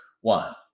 one